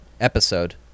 episode